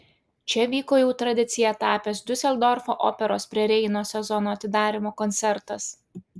čia vyko jau tradicija tapęs diuseldorfo operos prie reino sezono atidarymo koncertas